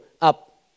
up